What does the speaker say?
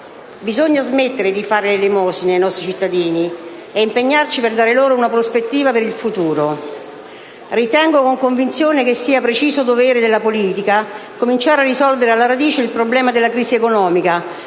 Bisogna smettere di fare l’elemosina ai nostri cittadini e impegnarci per dare loro una prospettiva per il futuro. Ritengo con convinzione che sia preciso dovere della politica cominciare a risolvere alla radice il problema della crisi economica,